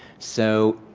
so,